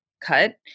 cut